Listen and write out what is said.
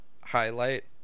highlight